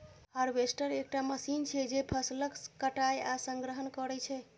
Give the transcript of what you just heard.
harvester एकटा machine छियै, जे फसलक कटाइ आ संग्रहण करै छै